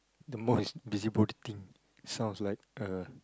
the most busybody thing sounds like a